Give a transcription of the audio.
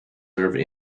deserve